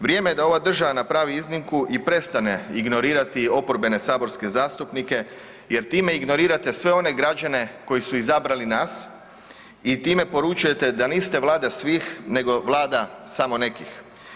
Vrijeme je da ova država napravi iznimku i prestane ignorirati oporbene saborske zastupnike jer time ignorirate sve one građane koji su izabrali nas i time poručujete da niste Vlada svih nego Vlada samo nekih.